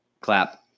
clap